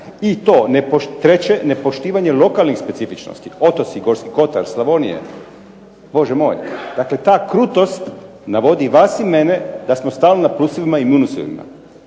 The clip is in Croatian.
i to ne, treće nepoštivanje lokalnih specifičnosti, otoci, Gorski kotar, Slavonije, Bože moj, dakle ta krutost navodi vas i mene da smo stalno na plusevima i minusevima,